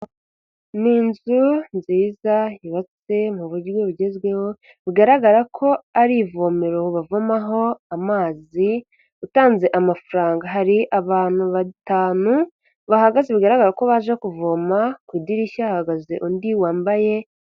Ni inzu nziza yubatse mu buryo bugezweho bigaragara ko ari ivomero bavomaho amazi utanze amafaranga, hari abantu batanu bahagaze bigaragara ko baje kuvoma, ku idirishya hahagaze undi wambaye.